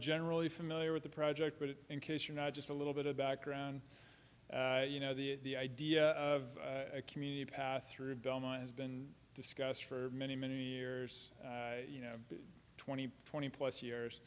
generally familiar with the project but in case you're not just a little bit of background you know the idea of a community pass through belmont has been discussed for many many years you know twenty twenty plus years